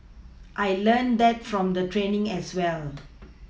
I learnt that from the training as well